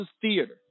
theater